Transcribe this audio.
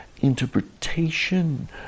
Interpretation